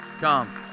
Come